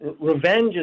revenge